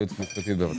הממשלה, בבקשה.